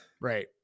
Right